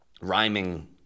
rhyming